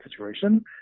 situation